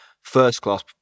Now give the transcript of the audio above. first-class